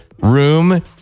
room